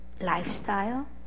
lifestyle